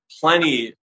plenty